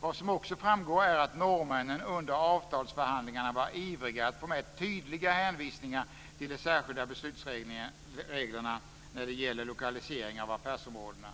Vad som också framgår är att norrmännen under avtalsförhandlingarna var ivriga att få med tydliga hänvisningar till de särskilda beslutsreglerna när det gällde lokaliseringen av affärsområdena.